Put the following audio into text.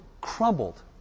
crumbled